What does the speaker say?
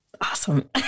awesome